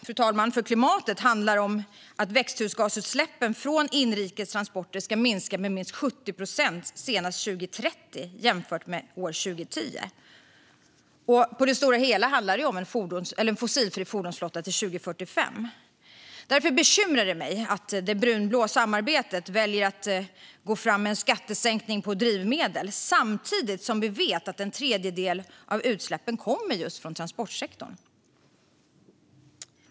Etappmålet för klimatet handlar om att växthusgasutsläppen från inrikes transporter ska minska med minst 70 procent senast 2030 jämfört med 2010. På det stora hela handlar det om en fossilfri fordonsflotta till 2045. Därför bekymrar det mig att det brunblå samarbetet väljer att gå fram med en skattesänkning på drivmedel samtidigt som vi vet att en tredjedel av utsläppen kommer just från transportsektorn.